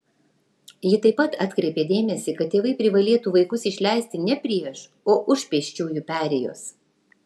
ji taip pat atkreipė dėmesį kad tėvai privalėtų vaikus išleisti ne prieš o už pėsčiųjų perėjos